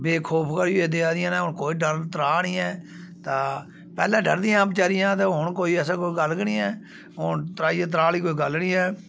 बेखौफ करियै देआ दियां न हून कोई डर त्राह् निं ऐ ते पैह्ले डरदियां हियां बचेरियां ते हून कोई ऐसी गल्ल गै निं ऐ हून त्राही त्राह् आह्ली कोई गल्ल निं ऐ